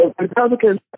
Republicans